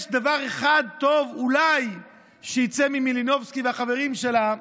יש דבר אחד טוב שאולי יצא ממלינובסקי והחברים שלה,